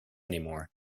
anymore